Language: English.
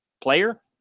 player